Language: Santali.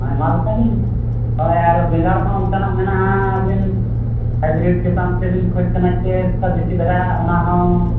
ᱟᱭᱢᱟ ᱞᱮᱠᱟ ᱞᱤᱧ ᱦᱳᱭ ᱟᱨ ᱵᱮᱜᱟᱲ ᱦᱚᱸ ᱚᱱᱠᱟ ᱞᱮᱠᱟᱱᱟᱜ ᱢᱮᱱᱟᱜᱼᱟ ᱟᱹᱵᱤᱱ ᱦᱟᱭᱵᱨᱤᱰ ᱪᱮᱛᱟᱱ ᱛᱮᱵᱤᱱ ᱠᱷᱚᱡᱽ ᱠᱟᱱᱟ ᱥᱮ ᱚᱱᱠᱟ ᱫᱮᱥᱤ ᱫᱷᱟᱨᱟᱜᱼᱟ